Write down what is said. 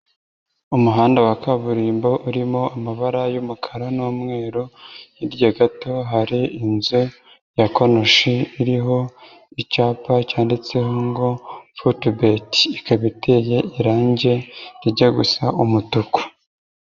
Umuhanda wa kaburimbo urimo amabara y'umukara n'umweru, hirya gato hari inzu ya konoshi iriho icyapa cyanditseho ngo Forutibeti. Ikaba iteye irangi rijya gusa umutuku.